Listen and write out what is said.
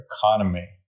economy